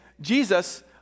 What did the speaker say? Jesus